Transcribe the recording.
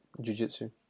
jiu-jitsu